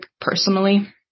personally